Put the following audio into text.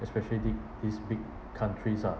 especially the~ these big countries ah